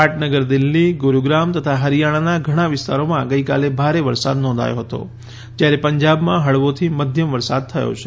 પાટનગર દિલ્હી ગુરૂગ્રામ તથા હરિયાણાના ઘણાં વિસ્તારોમાં ગઈકાલે ભારે વરસાદ નોંધાયો હતો જ્યારે પંજાબમાં હળવોથી મધ્યમ વરસાદ થયો છે